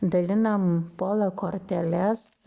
dalinam pola korteles